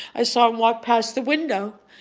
i saw him walk past the window.